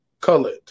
colored